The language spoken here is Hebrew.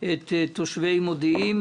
את תושבי מבוא מודיעים